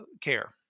care